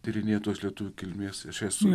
tyrinėtojos lietuvių kilmės aš esu